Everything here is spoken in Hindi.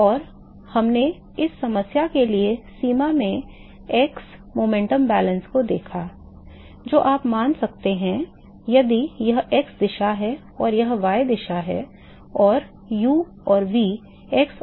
और हमने इस समस्या के लिए सीमा में x संवेग संतुलन को देखा जो आप मान सकते हैं यदि यह y दिशा है और यह x दिशा है और u और v x और y घटक वेग हैं